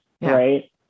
right